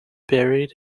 buried